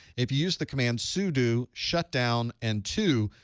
if you use the command sudo, shutdown, and two,